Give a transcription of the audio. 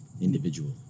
individual